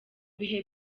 bihe